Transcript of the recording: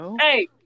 hey